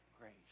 grace